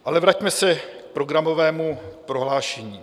Ale vraťme se k programovému prohlášení.